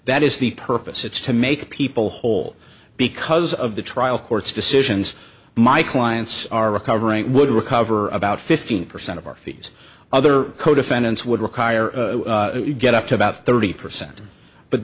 that is the purpose it's to make people whole because of the trial court's decisions my clients are recovering would recover about fifteen percent of our fees other co defendants would require you get up to about thirty percent but